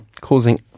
causing